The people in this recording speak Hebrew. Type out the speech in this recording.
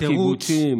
לא בקיבוצים,